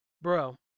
Bro